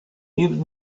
even